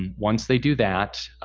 once they do that,